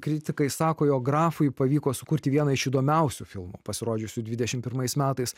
kritikai sako jog grafui pavyko sukurti vieną iš įdomiausių filmų pasirodžiusių dvidešimt pirmais metais